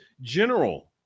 general